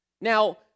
Now